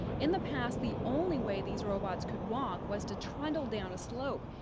in the past, the only way these robots could walk was to trundle down a slope.